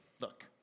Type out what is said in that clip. look